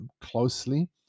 closely